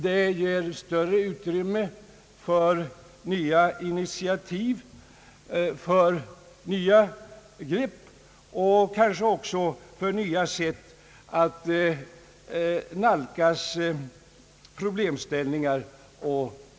Det ger större utrymme för nya initiativ, för nya grepp och kanske också för nya sätt att nalkas problemställningar.